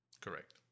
Correct